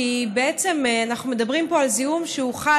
כי בעצם אנחנו מדברים פה על זיהום שחל